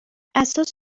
اساس